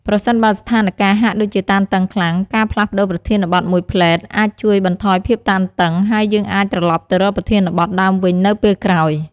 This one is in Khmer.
ប្រសិនបើស្ថានការណ៍ហាក់ដូចជាតានតឹងខ្លាំង ការផ្លាស់ប្តូរប្រធានបទមួយភ្លែតអាចជួយបន្ថយភាពតានតឹង ហើយយើងអាចត្រឡប់ទៅរកប្រធានបទដើមវិញនៅពេលក្រោយ។